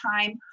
time